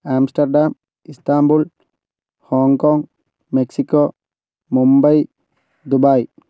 Amsterdam Istanbul Hong Kong Mexico Mumbai Dubai